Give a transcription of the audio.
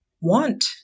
want